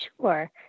Sure